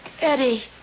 Eddie